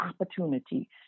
opportunity